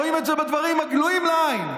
רואים את זה בדברים הגלויים לעין,